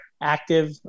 active